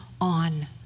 on